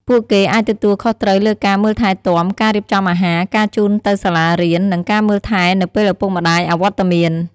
ពួកគេអាចទទួលខុសត្រូវលើការមើលថែទាំ ការរៀបចំអាហារ ការជូនទៅសាលារៀន និងការមើលថែនៅពេលឪពុកម្តាយអវត្តមាន។